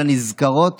על הנזכרות